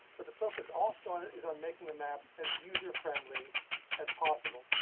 but the focus also is on making the maps as user friendly as possible.